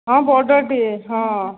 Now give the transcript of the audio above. ହଁ ବଡ଼ଟେ ହଁ